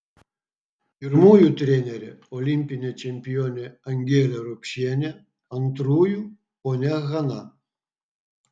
pirmųjų trenerė olimpinė čempionė angelė rupšienė antrųjų ponia hana